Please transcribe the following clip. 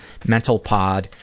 mentalpod